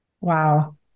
Wow